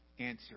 answer